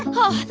oh,